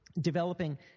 developing